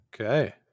Okay